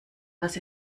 was